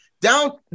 down